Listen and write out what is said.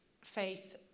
faith